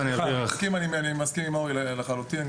אני מסכים עם אורי לחלוטין.